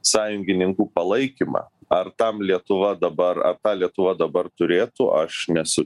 sąjungininkų palaikymą ar tam lietuva dabar dabar lietuva dabar turėtų aš nesu